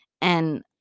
And-